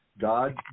God